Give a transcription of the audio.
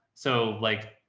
so like,